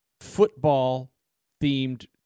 football-themed